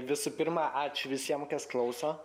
visų pirma ačiū visiem kas klauso